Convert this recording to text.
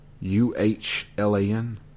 U-H-L-A-N